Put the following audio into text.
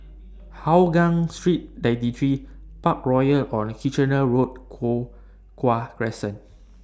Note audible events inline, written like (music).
Hougang Street ninety three Parkroyal on Kitchener Road (unintelligible) Crescent